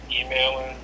emailing